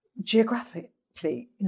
geographically